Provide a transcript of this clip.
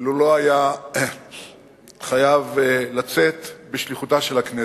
לולא היה חייב לצאת בשליחותה של הכנסת.